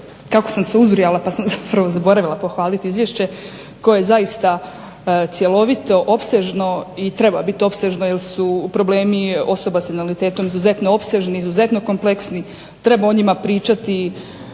malo prije uzrujala pa sam zaboravila pohvaliti izvješće koje je zaista cjelovito, opsežno i treba biti opsežno jer su problemi osoba sa invaliditetom izuzetno opsežni, izuzetno kompleksni, treba o njima pričati